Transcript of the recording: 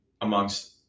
amongst